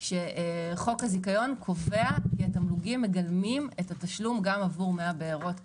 שחוק הזיכיון קובע כי התמלוגים מגלמים את התשלום גם עבור דמי הבארות.